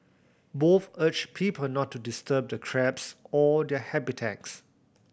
both urged people not to disturb the crabs or their habitats